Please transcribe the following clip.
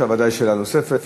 יש לך בוודאי שאלה נוספת.